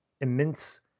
immense